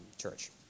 church